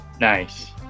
Nice